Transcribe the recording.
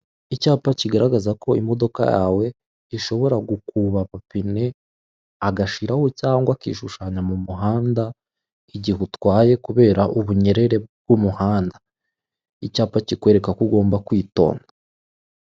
Icyapa kigaragaza ko imdoka yawe ishobora gukuba amapine agashiraho cyangwa akishushanya mu muhanda igihe utwaye kubera ubunyerere bw'umuhanda. Icyapa cyikwereka ko ugomba kwitonda.